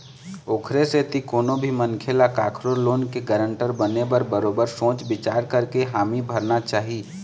ओखरे सेती कोनो भी मनखे ल कखरो लोन के गारंटर बने बर बरोबर सोच बिचार करके हामी भरना चाही